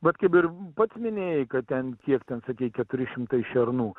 vat kaip ir pats minėjai kad ten kiek ten sakei keturi šimtai šernų